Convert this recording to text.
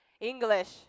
English